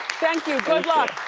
thank you good luck.